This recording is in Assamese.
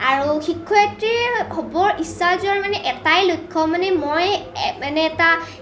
আৰু শিক্ষয়িত্ৰীৰ হ'বৰ ইচ্ছা যোৱাৰ মানে এটাই লক্ষ্য মানে মই মানে এটা